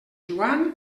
joan